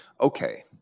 Okay